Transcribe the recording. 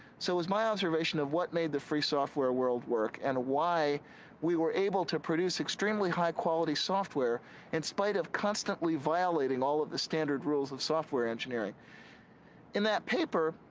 so it was my observation of what made the free software world work and why we were able to produce extremely high quality software in spite of constantly violating all of the standard rules of software engineering in that paper,